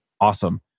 awesome